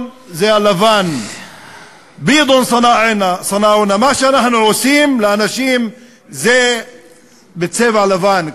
מה שאנחנו עושים לאנשים זה בצבע לבן,